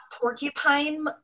porcupine